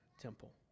temple